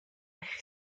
eich